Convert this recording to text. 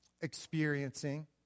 experiencing